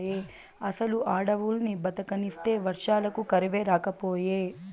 అసలు అడవుల్ని బతకనిస్తే వర్షాలకు కరువే రాకపాయే